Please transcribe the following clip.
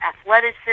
athleticism